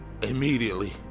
Immediately